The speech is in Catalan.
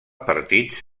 partits